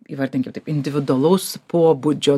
įvardinkim taip individualaus pobūdžio